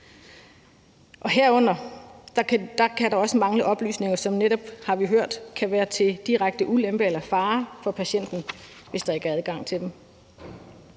Herunder kan der også mangle oplysninger, der, som vi netop har hørt, kan være til direkte ulempe eller fare for patienten, hvis der er ikke er adgang til